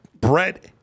Brett